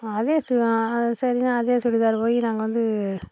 அதே சுடி சரினு அதே சுடிதார் போய் நாங்கள் வந்து